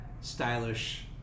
stylish